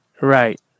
right